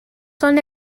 son